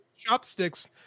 chopsticks